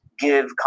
Give